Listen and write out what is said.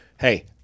hey